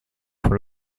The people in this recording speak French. pour